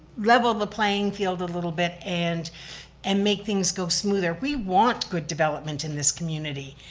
level the playing field a little bit and and make things go smoother. we want good development in this community.